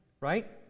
right